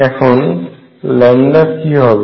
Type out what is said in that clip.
এখন λ কি হবে